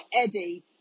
Eddie